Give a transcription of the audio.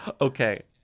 Okay